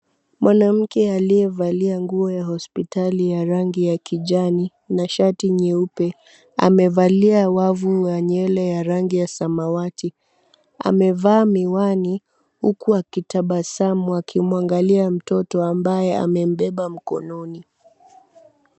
Mwanamke aliyevalia nguo ya hospitali ya rangi ya kijani na shati nyeupe, amevalia wavu wa nywele ya rangi ya samawati, amevaa miwani huku akitabasamu akimuangalia mtoto ambaye amembeba mkononi.